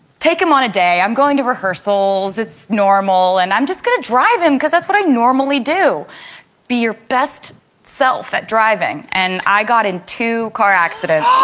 take him on a day. i'm going to rehearsals it's normal and i'm just gonna drive him cuz that's what i normally do be your best self at driving and i got in two car accidents